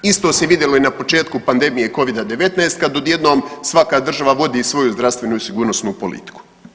Isto se vidjelo i na početku pandemije Covida-19 kad odjednom svaka država vodi svoju zdravstvenu i sigurnosnu politiku.